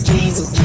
Jesus